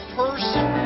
person